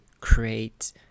create